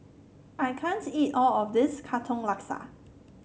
I can't eat all of this Katong Laksa